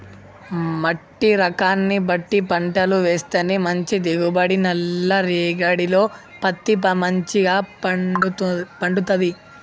మట్టి రకాన్ని బట్టి పంటలు వేస్తేనే మంచి దిగుబడి, నల్ల రేగఢీలో పత్తి మంచిగ పండుతది